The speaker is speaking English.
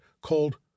called